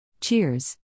Cheers